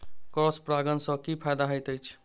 Cross परागण सँ की फायदा हएत अछि?